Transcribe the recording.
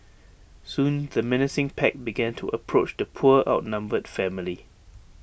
soon the menacing pack began to approach the poor outnumbered family